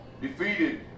defeated